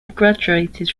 graduated